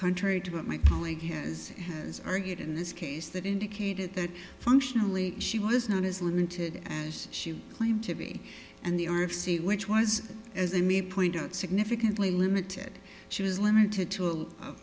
contrary to what my colleague has has argued in this case that indicated that functionally she was not as limited as she claimed to be and the r f c which was as they may point out significantly limited she was limited to